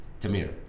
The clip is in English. Tamir